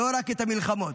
לא רק את המלחמות,